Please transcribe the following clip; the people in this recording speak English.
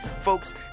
Folks